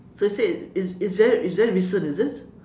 so you say it's it's very it's very recent is it